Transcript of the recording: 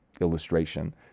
illustration